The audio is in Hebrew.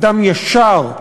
אדם ישר.